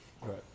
Right